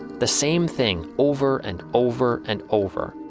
the same thing over and over and over.